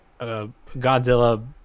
Godzilla